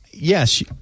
Yes